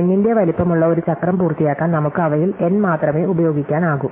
n ന്റെ വലിപ്പമുള്ള ഒരു ചക്രം പൂർത്തിയാക്കാൻ നമുക്ക് അവയിൽ N മാത്രമേ ഉപയോഗിക്കാനാകൂ